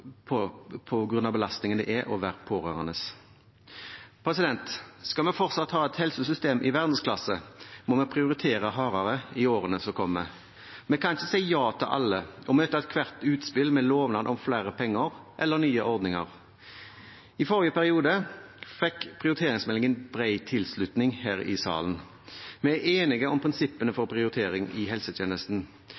grunn av belastningen det er å være pårørende. Skal vi fortsatt ha et helsesystem i verdensklasse, må vi prioritere hardere i årene som kommer. Vi kan ikke si ja til alle og møte ethvert utspill med lovnad om flere penger eller nye ordninger. I forrige periode fikk prioriteringsmeldingen bred tilslutning her i salen. Vi er enige om prinsippene for